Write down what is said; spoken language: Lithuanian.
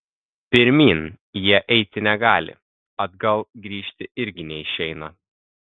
pirmyn jie eiti negali atgal grįžti irgi neišeina